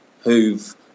who've